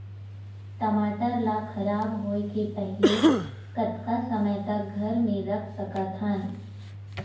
टमाटर ला खराब होय के पहले कतका समय तक घर मे रख सकत हन?